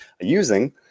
using